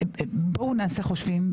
בואו נעשה חושבים,